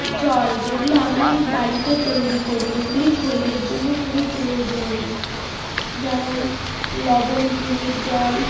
জল যেগুলো আমি বাড়িতে তৈরি করি যেগুলি শরীরের জন্যও খুবই প্রয়োজনীয় যেমন লবণ চিনির জল